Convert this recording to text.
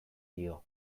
dio